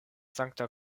sankta